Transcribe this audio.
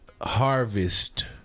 harvest